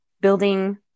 building